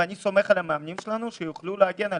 ואני סומך על המאמנים שלנו שיוכלו להגן עליהם.